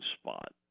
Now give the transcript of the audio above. spot